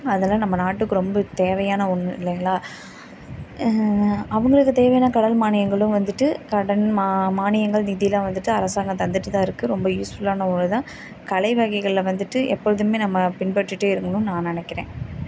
அதெல்லாம் நம்ம நாட்டுக்கு ரொம்ப தேவையான ஒன்று இல்லைங்களா அவர்களுக்கு தேவையான கடன் மானியங்களும் வந்துட்டு கடன் மா மானியங்கள் நிதியெலாம் வந்துட்டு அரசாங்கம் தந்துவிட்டு தான் இருக்குது ரொம்ப யூஸ்புல்லான ஒன்று தான் கலை வகைகளில் வந்துட்டு எப்பொழுதுமே நம்ம பின்பற்றிகிட்டே இருக்கணும்னு நான் நினைக்கிறேன்